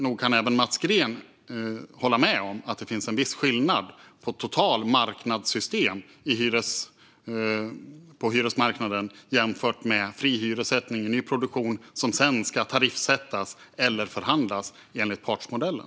Nog kan även Mats Green hålla med om att det finns en viss skillnad mellan ett totalt marknadssystem på hyresmarknaden och fri hyressättning i nyproduktion som sedan ska tariffsättas eller förhandlas enligt partsmodellen?